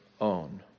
own